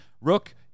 Rook